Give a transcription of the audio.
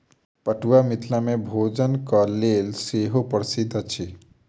पटुआ मिथिला मे भोजनक लेल सेहो प्रसिद्ध अछि